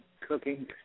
cooking